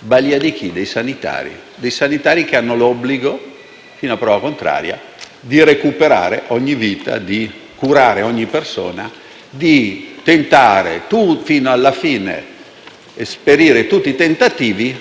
balìa di chi? Dei sanitari, che hanno l'obbligo, fino a prova contraria, di recuperare ogni vita, di curare ogni persona e di tentare fino alla fine di esperire tutti i tentativi